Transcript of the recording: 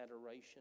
adoration